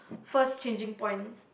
first changing point